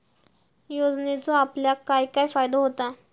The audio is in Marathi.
योजनेचो आपल्याक काय काय फायदो होता?